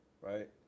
right